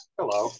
Hello